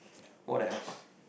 what else